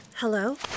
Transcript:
Hello